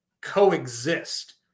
coexist